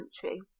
country